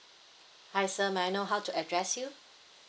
hi sir may I know how to address you